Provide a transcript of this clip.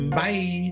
bye